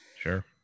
sure